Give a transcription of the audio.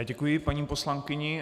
Děkuji paní poslankyni.